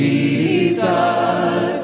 Jesus